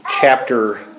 chapter